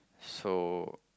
so